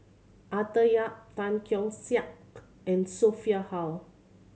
Arthur Yap Tan Keong Saik and Sophia Hull